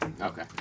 Okay